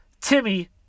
Timmy